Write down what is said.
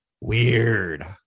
weird